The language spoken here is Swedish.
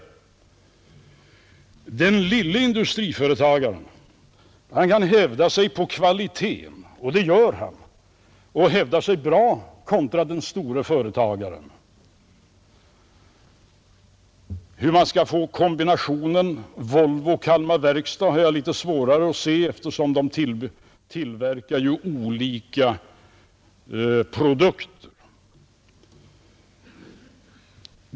Den lille industriföretagaren kan hävda sig på kvaliteten — och det gör han bra — kontra den store företagaren. Hur man får kombinationen Volvo—Kalmar Verkstad har jag litet svårare att se, eftersom de ju tillverkar olika produkter.